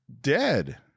dead